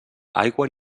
aigua